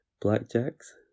Blackjacks